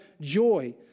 joy